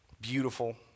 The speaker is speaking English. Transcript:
Beautiful